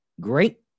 great